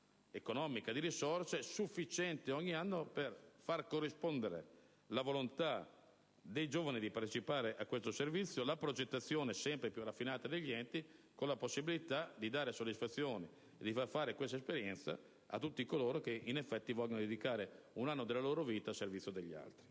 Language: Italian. economica di risorse sufficiente ogni anno per far corrispondere la volontà dei giovani di partecipare a questo servizio, la progettazione sempre più raffinata degli enti e la possibilità di dare soddisfazione e di far fare quest'esperienza a tutti coloro che in effetti vogliono dedicare un anno della loro vita al servizio degli altri.